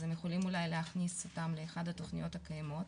אז הם יכולים אולי להכניס אותם לאחת התכניות הקיימות,